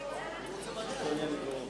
אדוני היושב-ראש,